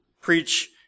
preach